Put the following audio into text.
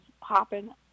popping